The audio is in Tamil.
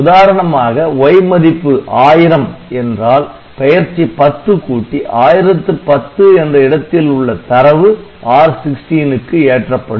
உதாரணமாக Y மதிப்பு 1000 என்றால் பெயர்ச்சி '10' கூட்டி '1010' என்ற இடத்தில் உள்ள தரவு R16 க்கு ஏற்றப்படும்